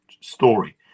story